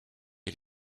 est